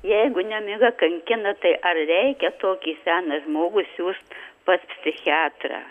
jeigu nemiga kankina tai ar reikia tokį seną žmogų siųst pas psichiatrą